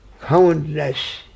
countless